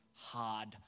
hard